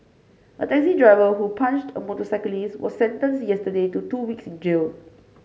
a taxi driver who punched a motorcyclist was sentenced yesterday to two weeks in jail